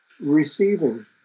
receiving